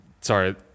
sorry